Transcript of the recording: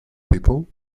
people